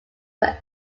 were